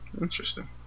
Interesting